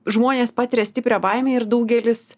žmonės patiria stiprią baimę ir daugelis